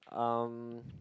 erm